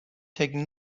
taking